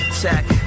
check